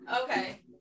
Okay